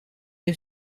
you